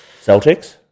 Celtics